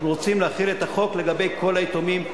אנחנו רוצים להחיל את החוק על כל היתומים.